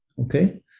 okay